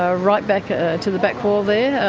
ah right back ah to the back wall there,